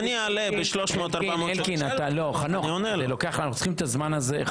אני אעלה ב-300 400 --- אנחנו צריכים את הזמן הזה.